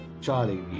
Charlie